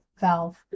valve